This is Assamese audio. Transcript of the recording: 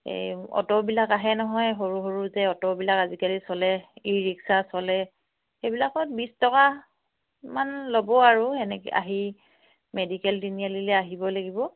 এই অ'টোবিলাক আহে নহয় সৰু সৰু যে অ'টোবিলাক আজিকালি চলে ই ৰিক্সা চলে সেইবিলাকত বিছ টকামান ল'ব আৰু এনেকৈ আহি মেডিকেল তিনিআলিলৈ আহিব লাগিব